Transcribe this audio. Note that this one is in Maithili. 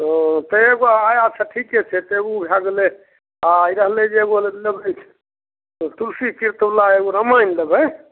तऽ एगो आया अच्छा ठीके छै तऽ ओ भए गेलै आ ई रहलै जे एगो लऽ लेबै तुलसी कृत वला एगो रमायण लेबै